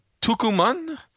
Tucuman